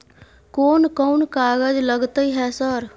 कोन कौन कागज लगतै है सर?